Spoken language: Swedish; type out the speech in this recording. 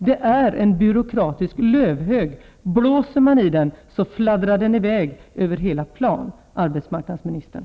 Den är att likna vid en by råkratisk lövhög. Blåser man på denna, fladdrar löven i väg över hela planen, arbetsmarknadsmi nistern!